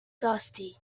thirsty